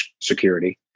security